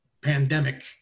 pandemic